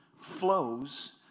flows